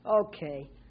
Okay